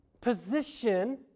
position